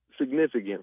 Significant